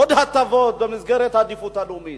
עוד הטבות במסגרת העדיפות הלאומית.